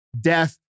death